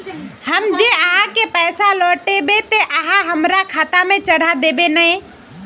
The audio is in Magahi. हम जे आहाँ के पैसा लौटैबे ते आहाँ हमरा खाता में चढ़ा देबे नय?